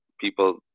people